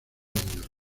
años